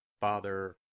Father